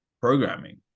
programming